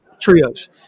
Trios